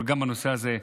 אבל גם בנושא הזה.